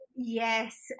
Yes